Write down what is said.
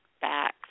back